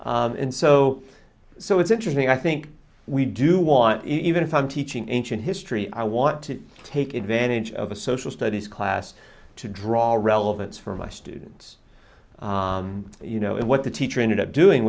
and so so it's interesting i think we do want even time teaching ancient history i want to take advantage of a social studies class to draw a relevance for my students you know and what the teacher ended up doing